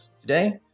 Today